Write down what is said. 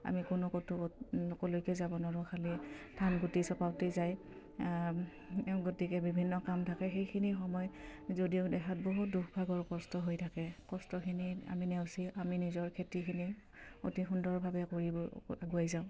আমি কোনো ক'তো যাব নোৱাৰোঁ খালী ধান গুটি চপাওঁতে যায় গতিকে বিভিন্ন কাম থাকে সেইখিনি সময় যদিও দেখাত বহুত দুখভাগৰ কষ্ট হৈ থাকে কষ্টখিনি আমি নেওচি আমি নিজৰ খেতিখিনি অতি সুন্দৰভাৱে কৰিব আগুৱাই যাওঁ